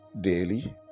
daily